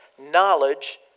knowledge